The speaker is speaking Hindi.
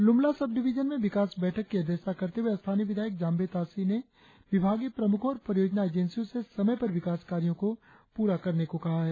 लुमला सब डिविजन में विकास बैठक के अध्यक्षता करते हुए स्थानीय विधायक जाम्बें ताशी विभागीय प्रमुखों और परियोजना एजेंसियों से समय पर विकास कार्यों को पूरा करने को कहा है